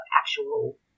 actual